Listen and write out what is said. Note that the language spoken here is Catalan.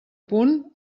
punt